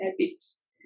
habits